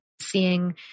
seeing